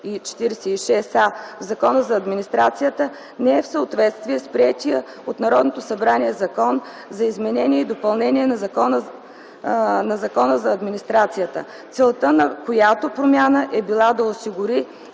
и 46а в Закона за администрацията не е в съответствие с приетия от Народното събрание Закон за изменение и допълнение на Закона за администрацията, целта на която промяна е била да осигури